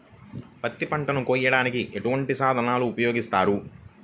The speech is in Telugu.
పత్తి పంటను కోయటానికి ఎటువంటి సాధనలు ఉపయోగిస్తారు?